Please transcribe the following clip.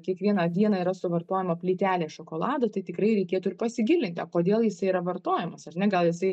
kiekvieną dieną yra suvartojama plytelė šokolado tai tikrai reikėtų ir pasigilinti o kodėl jisai yra vartojamas ar ne gal jisai